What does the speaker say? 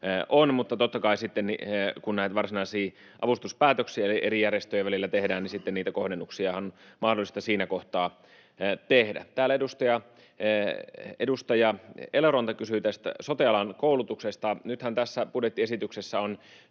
on. Mutta totta kai sitten, kun näitä varsinaisia avustuspäätöksiä eri järjestöjen välillä tehdään, niitä kohdennuksia on mahdollista siinä kohtaa tehdä. Edustaja Eloranta kysyi sote-alan koulutuksesta. Nythän tässä budjettiesityksessä on